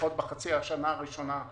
לפחות בחצי השנה הראשונה,